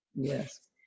Yes